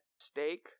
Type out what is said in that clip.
steak